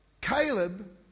Caleb